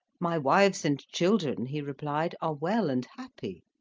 my wives and children, he replied, are well and happy.